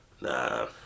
Nah